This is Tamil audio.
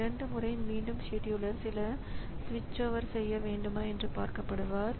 இரண்டு முறை மீண்டும் செடியூலர் சில சுவிட்சோவர் செய்ய வேண்டுமா என்று பார்க்கப்படுவார்